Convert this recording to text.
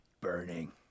burning